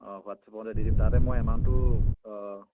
অঁ হোৱাটছআপতে দি দিম তাতে মই এমাউণ্টো অঁ